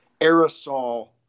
aerosol